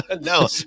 No